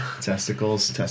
Testicles